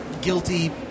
guilty